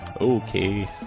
okay